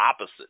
opposite